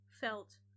felt